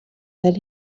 that